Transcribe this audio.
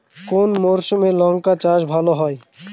কোন মরশুমে লঙ্কা চাষ ভালো হয়?